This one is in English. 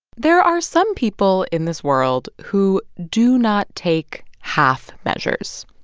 there are some people in this world who do not take half measures.